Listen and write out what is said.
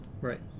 right